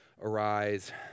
arise